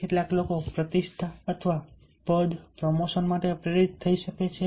કેટલાક લોકો પ્રતિષ્ઠા અથવા પદ પ્રમોશન માટે પ્રેરિત થઈ શકે છે